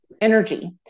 energy